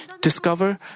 discover